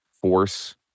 force